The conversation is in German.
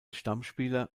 stammspieler